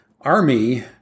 Army